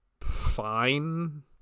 fine